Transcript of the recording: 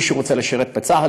מי שרוצה לשרת בצה"ל,